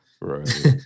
right